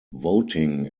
voting